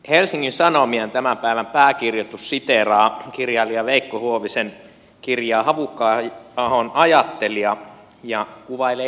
helsingin sanomien tämän päivän pääkirjoitus siteeraa kirjailija veikko huovisen kirjaa havukka ahon ajattelija ja kuvailee jälkiviisautta näin